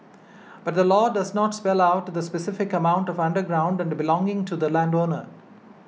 but the law does not spell out the specific amount of underground and belonging to the landowner